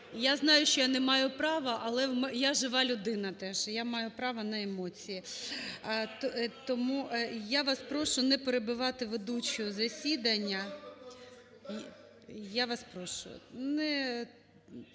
Я знаю, що я не маю права, але я жива людина теж, і я маю право на емоції. (Шум у залі) Тому я вас прошу не перебивати ведучу засідання. Я вас прошу,